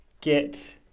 get